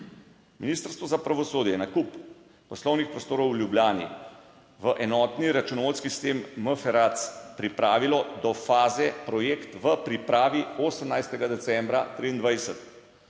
Ministrstvo za pravosodje je nakup poslovnih prostorov v Ljubljani v enotni računovodski sistem MFRAC pripravilo do faze projekt v pripravi 18. decembra 2023.